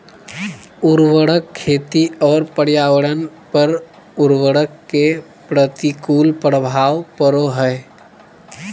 उर्वरक खेती और पर्यावरण पर उर्वरक के प्रतिकूल प्रभाव पड़ो हइ